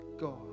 God